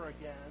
again